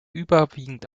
überwiegend